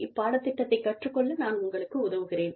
இப்பாடத்திட்டத்தை கற்றுக் கொள்ள நான் உங்களுக்கு உதவுகிறேன்